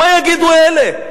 מה יגידו אלה,